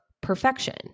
perfection